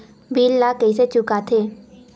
bill ला कइसे चुका थे